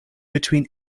between